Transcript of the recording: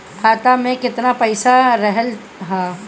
खाता में केतना पइसा रहल ह?